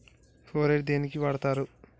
Phorate దేనికి వాడుతరు?